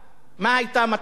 מה היתה מטרתה?